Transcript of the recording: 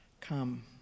Come